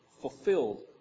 Fulfilled